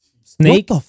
Snake